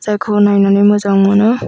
जायखौ नायनानै मोजां मोनो